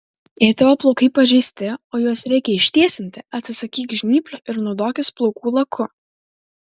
jei tavo plaukai pažeisti o juos reikia ištiesinti atsisakyk žnyplių ir naudokis plaukų laku